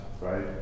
right